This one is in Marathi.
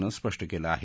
नं स्पष्ट केलं आहे